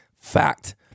Fact